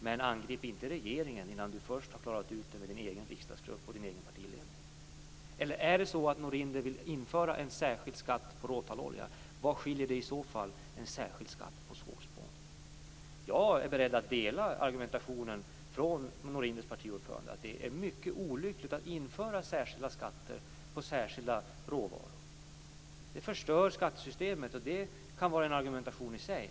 Men han skall inte angripa regeringen innan han först har klarat ut frågan med sin egen riksdagsgrupp och sin egen partiledning. Eller är det så att Norinder vill införa en särskild skatt på råtallolja? Vad skiljer det i så fall från en särskild skatt på sågspån? Jag är beredd att dela argumentationen från Norinders partiordförande att det är mycket olyckligt att införa särskilda skatter på särskilda råvaror. Det förstör skattesystemet, och det kan vara en argumentation i sig.